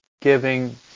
giving